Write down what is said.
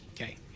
Okay